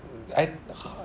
I